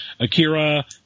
Akira